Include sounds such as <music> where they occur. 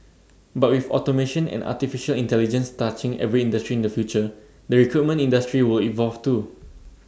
<noise> but with automation and Artificial Intelligence touching every industry in the future the recruitment industry will evolve too